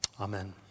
Amen